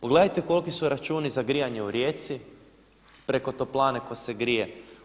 Pogledajte koliki su računi za grijanje u Rijeci preko toplane tko se grije.